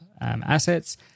assets